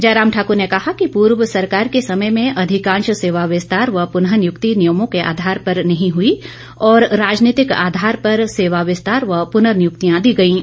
जयराम ठाकर ने कहा कि पूर्व सरकार के समय में अधिकांश सेवा विस्तार व प्रनःनियुक्ति नियमों के आधार पर नहीं हुई और राजनीतिक आधार पर सेवा विस्तार व पूर्ननियुक्तियां दी गईं